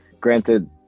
Granted